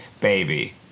Baby